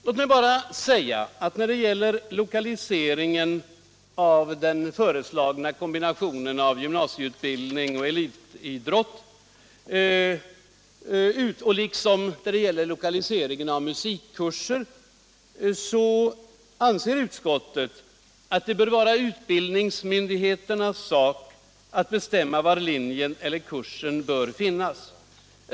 Låt mig bara säga att när det gäller lokaliseringen av den föreslagna kombinationen av gymnasieutbildning och elitidrott — liksom när det gäller lokaliseringen av musikkurserna — anser utskottet att det bör vara utbildningsmyndigheternas sak att bestämma var linjen eller kursen bör finnas.